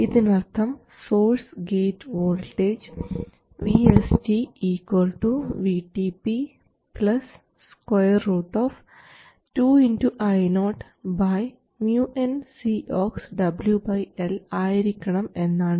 ഇതിനർത്ഥം source gate voltage VSG VTP 2 2 Io µnCox W L ആയിരിക്കണം എന്നാണ്